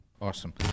Awesome